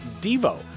Devo